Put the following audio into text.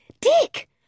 Dick